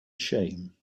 shame